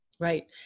Right